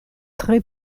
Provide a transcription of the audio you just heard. tre